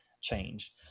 change